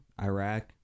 iraq